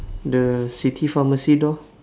the city pharmacy door